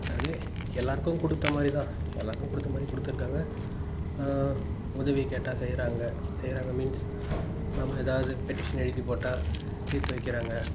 அப்படியே எல்லாேருக்கும் கொடுத்த மாதிரி தான் எல்லாேருக்கும் கொடுத்த மாதிரி கொடுத்துருக்காங்க உதவி கேட்டால் செய்கிறாங்க செய்கிறாங்க மீன்ஸ் நம்ம ஏதாவது பெட்டிஷன் எழுதிப்போட்டால் தீர்த்து வைக்கிறாங்க